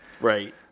Right